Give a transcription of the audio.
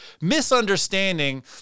misunderstanding